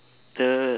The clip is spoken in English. the